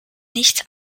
nicht